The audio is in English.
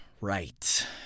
Right